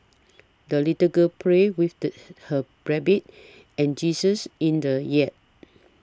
the little girl prayed with the her rabbit and geese in the yard